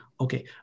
okay